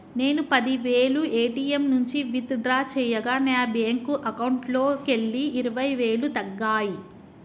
నేను పది వేలు ఏ.టీ.యం నుంచి విత్ డ్రా చేయగా నా బ్యేంకు అకౌంట్లోకెళ్ళి ఇరవై వేలు తగ్గాయి